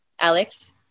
Alex